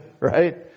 right